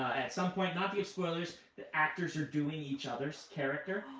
at some point, not spoilers, the actors are doing each other's character,